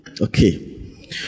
Okay